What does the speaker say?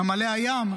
בנמלי הים,